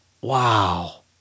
wow